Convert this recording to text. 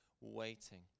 waiting